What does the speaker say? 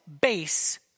base